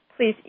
please